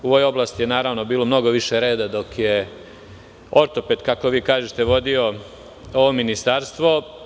U ovoj oblasti je bilo mnogo više reda dok je ortoped, kako vi kažete, vodio ovo ministarstvo.